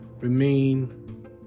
remain